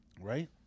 Right